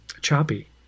choppy